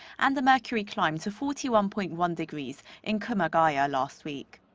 and the mercury climbed to forty one point one degrees in kumagaya, last week.